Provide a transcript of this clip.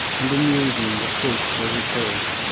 and in the evening the troops were recalled.